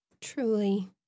Truly